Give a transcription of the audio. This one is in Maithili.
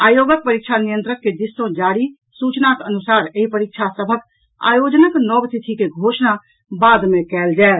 आयोगक परीक्षा नियंत्रक के दिस सँ जारी सूचनाक अनुसार एहि परीक्षा सभक अयोजनक नव तिथि के घोषणा बाद मे कयल जायत